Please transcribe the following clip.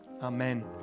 Amen